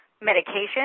medication